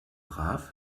brav